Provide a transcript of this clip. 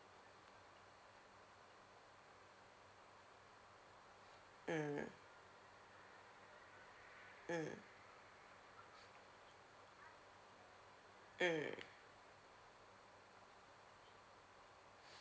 mm mm mm